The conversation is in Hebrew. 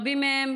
רבים מהם